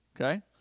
Okay